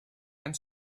and